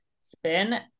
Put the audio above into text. spin